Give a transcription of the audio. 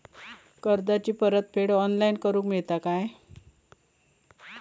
कर्जाची परत फेड ऑनलाइन करूक मेलता काय?